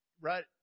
Right